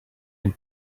and